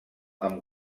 amb